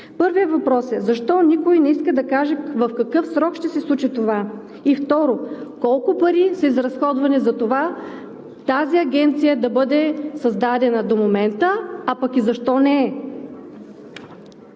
Първият въпрос е защо никой не иска да каже в какъв срок ще се случи това? Второ, колко пари са изразходвани до момента тази агенция да бъде създадена, а пък и защо не е